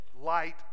light